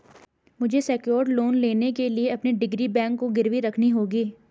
मुझे secured loan लेने के लिए अपनी डिग्री बैंक को गिरवी रखनी होगी